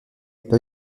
pas